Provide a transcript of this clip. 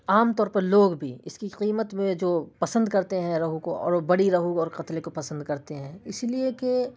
عام طور پر لوگ بھی اس کی قیمت میں جو پسند کرتے ہیں روہو کو اور بڑی روہو اور قتلے کو پسند کرتے ہیں اس لیے کہ